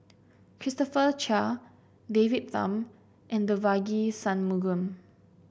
Christopher Chia David Tham and Devagi Sanmugam